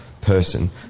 person